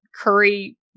curry